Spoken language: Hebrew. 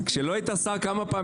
מה היעד שלך?